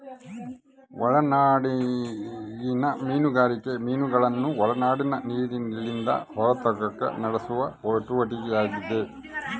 ಒಳನಾಡಿಗಿನ ಮೀನುಗಾರಿಕೆ ಮೀನುಗಳನ್ನು ಒಳನಾಡಿನ ನೀರಿಲಿಂದ ಹೊರತೆಗೆಕ ನಡೆಸುವ ಚಟುವಟಿಕೆಯಾಗೆತೆ